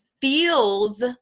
feels